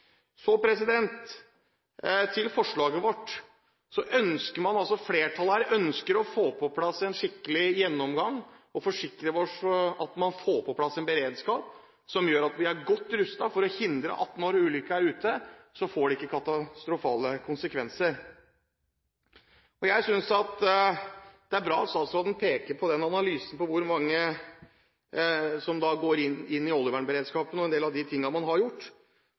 Så til forslaget vårt. Flertallet ønsker å få på plass en skikkelig gjennomgang og forsikre seg om at man får på plass en beredskap som gjør at vi er godt rustet for å hindre at det får katastrofale konsekvenser når ulykken er ute. Jeg synes det er bra at statsråden peker på analysen, hvor mange som går inn i oljevernberedskapen, og en del av de tingene man har gjort.